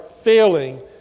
failing